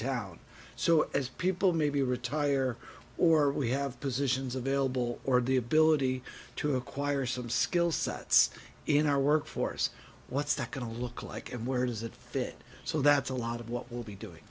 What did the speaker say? town so as people maybe retire or we have positions available or the ability to acquire some skill sets in our workforce what's that going to look like and where does that fit so that's a lot of what will be doing